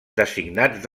designats